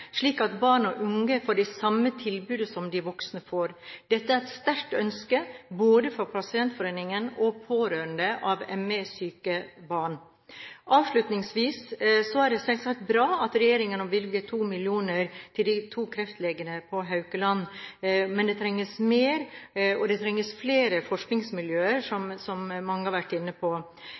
slik at barn og unge får det samme tilbudet som de voksne får. Dette er et sterkt ønske, både fra pasientforeningen og fra pårørende til ME-syke barn. Avslutningsvis – det er selvsagt bra at regjeringen nå bevilger 2 mill. kr til de to kreftlegene på Haukeland, men det trengs mer, og det trengs flere forskningsmiljøer, som mange har vært inne på.